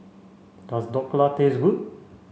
does Dhokla taste good